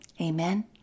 Amen